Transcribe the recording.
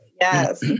Yes